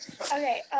Okay